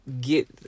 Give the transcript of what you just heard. get